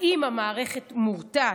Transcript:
האם המערכת מורתעת,